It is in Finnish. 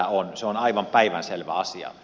se on aivan päivänselvä asia